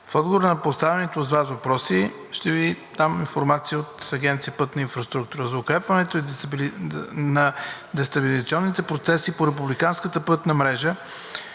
В отговор на поставените от Вас въпроси ще Ви дам информацията от Агенция „Пътна инфраструктура“. За укрепване на дестабилизационните процеси по републиканската пътна мрежа